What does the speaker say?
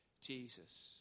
Jesus